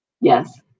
Yes